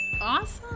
Awesome